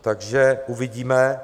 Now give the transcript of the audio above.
Takže uvidíme.